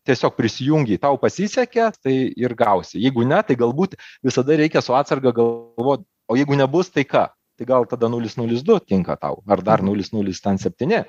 tiesiog prisijungi tau pasisekė tai ir gausi jeigu ne tai galbūt visada reikia su atsarga galvot o jeigu nebus tai ką tai gal tada nulis nulis du tinka tau ar dar nulis nulis septyni